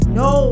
no